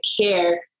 care